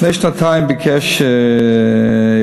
לפני שנתיים ביקשה העירייה,